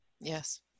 Yes